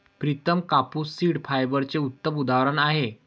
प्रितम कापूस सीड फायबरचे उत्तम उदाहरण आहे